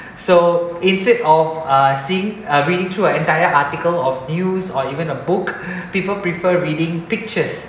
so instead of uh seeing uh reading through uh entire article of news or even a book people prefer reading pictures